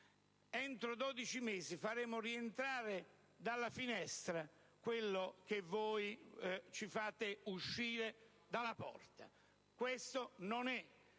mio Gruppo - si farà rientrare dalla finestra quel che voi fate uscire dalla porta. Questo non è,